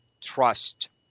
trust